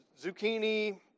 zucchini